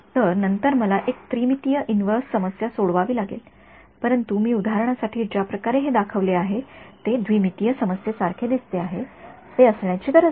तर नंतर मला एक त्रिमितीय इन्व्हर्स समस्या सोडवावी लागेल परंतु मी उदाहरणासाठी ज्या प्रकारे हे दाखवले आहे ते द्विमितीय समस्ये सारखे दिसते आहे ते असण्याची गरज नाही